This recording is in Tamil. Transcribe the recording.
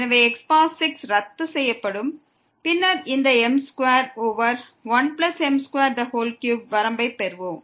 எனவே x6 ரத்து செய்யப்படும் பின்னர் இந்த m2 ஓவர் 1m23 வரம்பைப் பெறுவோம்